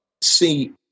see